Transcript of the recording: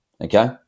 Okay